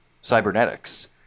cybernetics